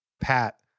Pat